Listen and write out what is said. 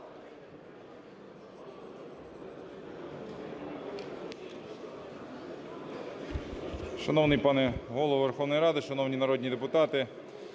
Шановний пане Голово Верховної Ради, шановні народні депутати,